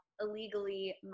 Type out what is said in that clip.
illegally